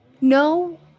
No